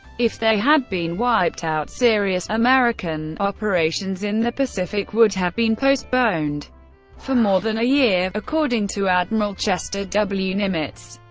if they had been wiped out, serious operations in the pacific would have been postponed for more than a year according to admiral chester w. nimitz,